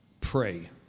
pray